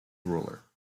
ruler